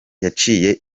yaciye